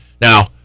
Now